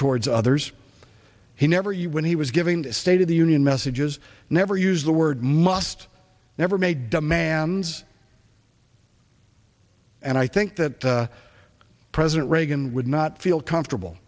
towards others he never you when he was giving state of the union messages never used the word must never made demands and i think that president reagan would not feel comfortable